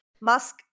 musk